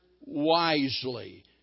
wisely